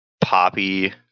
poppy